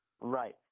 Right